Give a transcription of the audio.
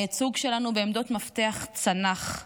הייצוג שלנו בעמדות מפתח צנח.